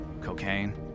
cocaine